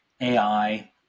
AI